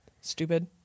Stupid